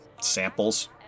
samples